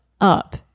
up